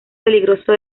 peligroso